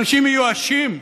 אנשים מיואשים,